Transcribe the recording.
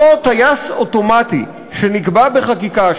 אותו טייס אוטומטי שנקבע בחקיקה,